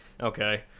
Okay